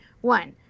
One